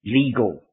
legal